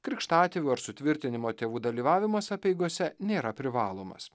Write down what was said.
krikštatėvių ar sutvirtinimo tėvų dalyvavimas apeigose nėra privalomas